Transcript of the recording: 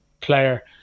player